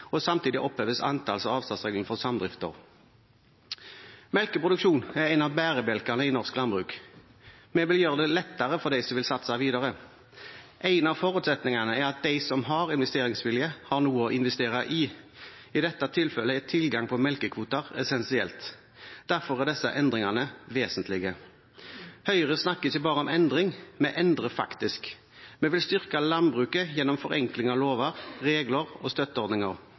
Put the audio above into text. og samtidig oppheves antalls- og avstandsreglene for samdrifter. Melkeproduksjon er en av bærebjelkene i norsk landbruk. Vi vil gjøre det lettere for dem som vil satse videre. En av forutsetningene er at de som har investeringsvilje, har noe å investere i. I dette tilfellet er tilgang på melkekvoter essensielt. Derfor er disse endringene vesentlige. Høyre snakker ikke bare om endring; vi endrer faktisk. Vi vil styrke landbruket gjennom forenkling av lover, regler og støtteordninger.